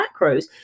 macros